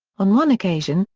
on one occasion,